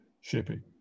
shipping